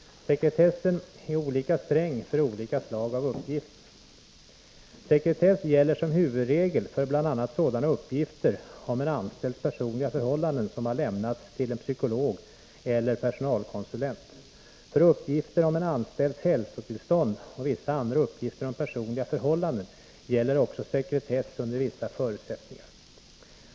Sekretessen är olika sträng för olika slag av uppgifter. Sekretess gäller som huvudregel för bl.a. sådana uppgifter om en anställds personliga förhållanden som har lämnats till en psykolog eller personalkonsulent. För uppgifter om en anställds hälsotillstånd och vissa andra uppgifter om personliga förhållanden gäller också sekretess under vissa förutsättningar.